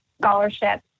scholarships